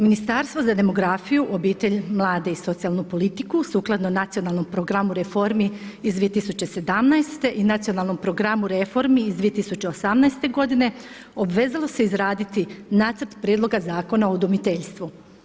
Ministarstvo za demografiju, obitelj, mlade i socijalnu politiku sukladno Nacionalnom programu reformi iz 2017. i Nacionalnom programu reformi iz 2018. godine obvezalo se izraditi Nacrt prijedloga zakona o udomiteljstvu.